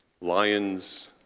lions